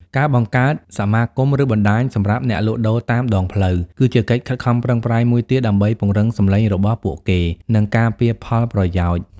ការបង្កើតសមាគម ឬបណ្តាញសម្រាប់អ្នកលក់ដូរតាមដងផ្លូវ គឺជាកិច្ចខិតខំប្រឹងប្រែងមួយទៀតដើម្បីពង្រឹងសំឡេងរបស់ពួកគេ និងការពារផលប្រយោជន៍ ។